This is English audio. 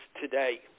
today